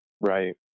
right